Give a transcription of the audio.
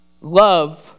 love